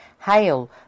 Hail